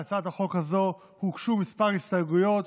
להצעת החוק הזו הוגשו כמה הסתייגויות,